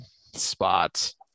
spots